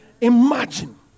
Imagine